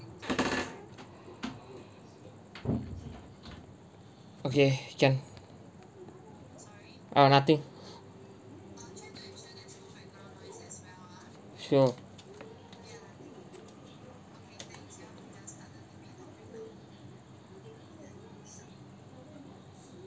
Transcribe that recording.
okay can uh nothing sure